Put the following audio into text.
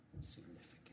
significant